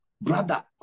brother